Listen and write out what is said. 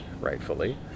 rightfully